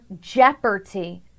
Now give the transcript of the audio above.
jeopardy